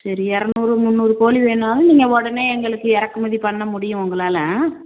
சரி இரநூறு முந்நூறு கோழி வேணாலும் நீங்கள் உடனே எங்களுக்கு இறக்குமதி பண்ண முடியும் உங்களால் ஆ